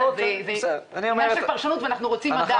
זה עניין של פרשנות ואנחנו רוצים לדעת.